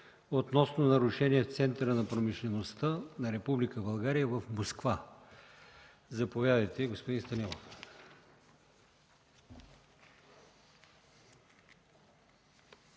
относно нарушение в Центъра на промишлеността на Република България в Москва. Заповядайте, господин Станилов.